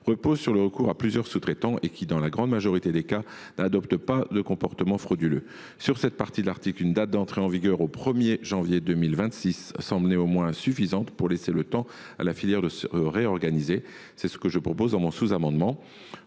repose sur le recours à plusieurs sous traitants et qui, dans la grande majorité des cas, n’adoptent pas de comportements frauduleux. Sur cette partie de l’article, une date d’entrée en vigueur au 1 janvier 2026 semble néanmoins suffisante pour laisser le temps à la filière de se réorganiser. C’est ce que je propose au travers de mon sous amendement.